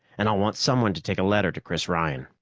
and i'll want someone to take a letter to chris ryan.